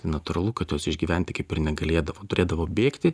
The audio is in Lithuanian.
natūralu kad jos išgyventi kaip ir negalėdavo turėdavo bėgti